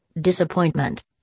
disappointment